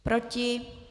Proti?